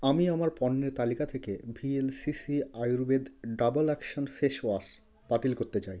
আমি আমার পণ্যের তালিকা থেকে VLCC Ayurveda double action face wash বাতিল করতে চাই